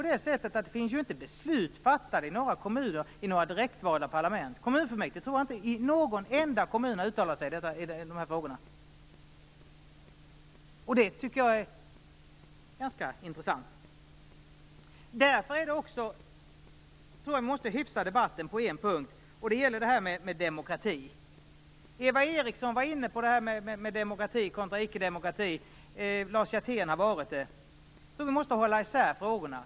Det finns ju inte beslut fattade i några kommuner i några direktvalda parlament. Jag tror inte att kommunfullmäktige i någon enda kommun har uttalat sig i dessa frågor. Jag tycker att det är ganska intressant. Därför tror jag också att vi måste hyfsa debatten på en punkt. Det gäller detta med demokrati. Eva Eriksson var inne på detta med demokrati kontra icke demokrati, och Lars Hjertén har också varit det. Jag tror att vi måste hålla isär frågorna.